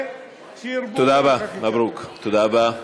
ושירבו, תודה רבה, מברוכ, תודה רבה.